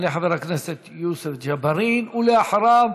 יעלה חבר הכנסת יוסף ג'בארין, ואחריו,